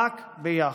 רק ביחד.